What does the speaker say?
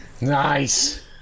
Nice